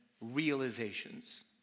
realizations